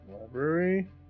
Library